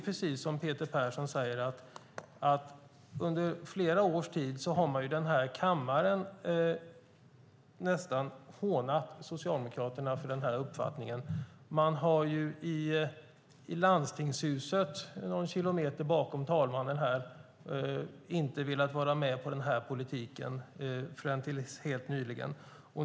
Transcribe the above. Precis som Peter Persson säger har man under flera års tid i kammaren nästan hånat Socialdemokraterna för denna uppfattning. I landstingshuset någon kilometer bakom talmannen har man inte velat vara med på den här politiken fram tills helt nyligen.